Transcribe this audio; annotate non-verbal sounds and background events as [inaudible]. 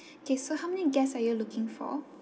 [breath] K so how many guests are you looking for